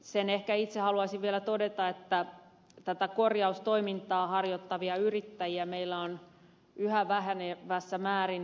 sen ehkä itse haluaisin vielä todeta että tätä korjaustoimintaa harjoittavia yrittäjiä meillä on yhä vähenevässä määrin